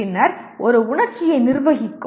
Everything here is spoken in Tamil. பின்னர் ஒரு உணர்ச்சியை நிர்வகிக்கும்